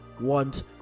want